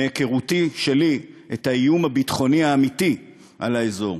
מהיכרותי שלי את האיום הביטחוני האמיתי על האזור.